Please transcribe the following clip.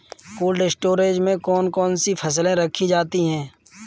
Cold storage में कौन कौन सी फसलें रखी जाती हैं?